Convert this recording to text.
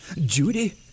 Judy